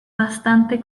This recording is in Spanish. bastante